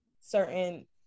certain